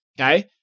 Okay